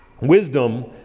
Wisdom